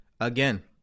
Again